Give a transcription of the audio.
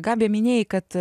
gabija minėjai kad